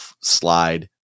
slide